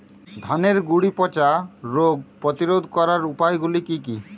ধানের গুড়ি পচা রোগ প্রতিরোধ করার উপায়গুলি কি কি?